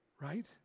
Right